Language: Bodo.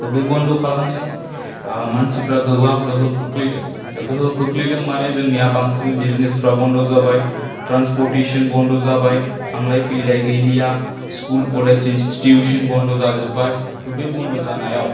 त' बे बन्द' खालामनायाव मानसिफोरा गोबां गोहोम खोख्लैदों दा गोहोम खोख्लैदों माने जोंनिया बांसिन बिजिनेसफोरा बन्द' जाबाय ट्रान्सपटरटेशोन बन्द' जाबाय थांलाय फैलाय गैलिया स्कुल कलेज इन्सटिटिउशोन बन्द' जाजोब्बाय त' बे बन्द' जानायाव